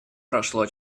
прошло